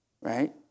right